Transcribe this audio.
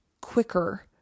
quicker